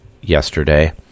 yesterday